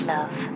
Love